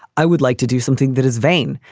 i would like to do something that is vain.